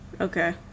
Okay